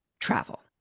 travel